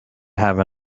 have